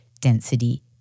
density